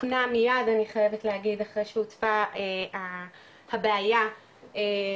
תוקנה מיד אני חייבת להגיד אחרי שהוצפה הבעיה לגבי